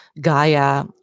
Gaia